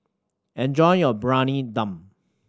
enjoy your Briyani Dum